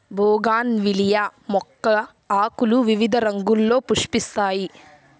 bougainvillea మొక్క ఆకులు వివిధ రంగుల్లో పుష్పిస్తాయి